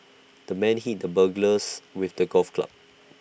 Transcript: the man hit the burglars with the golf club